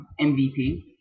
MVP